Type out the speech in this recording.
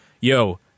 yo